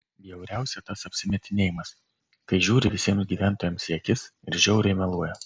bjauriausia tas apsimetinėjimas kai žiūri visiems gyventojams į akis ir žiauriai meluoja